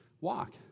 walk